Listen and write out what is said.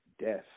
death